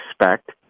expect